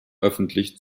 öffentlich